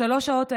בשלוש שעות האלה,